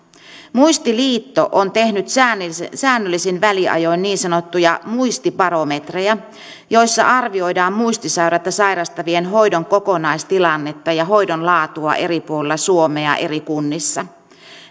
muistiliitto on tehnyt säännöllisin säännöllisin väliajoin niin sanottuja muistibarometrejä joissa arvioidaan muistisairautta sairastavien hoidon kokonaistilannetta ja hoidon laatua eri puolilla suomea eri kunnissa